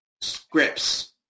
scripts